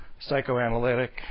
psychoanalytic